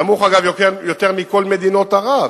נמוך, אגב, יותר מבכל מדינות ערב.